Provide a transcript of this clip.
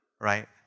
right